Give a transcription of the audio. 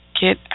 get